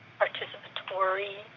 participatory